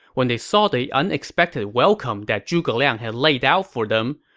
when they saw the unexpected welcome that zhuge liang had laid out for them,